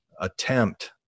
attempt